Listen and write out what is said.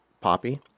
Poppy